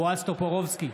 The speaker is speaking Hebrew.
בועז טופורובסקי,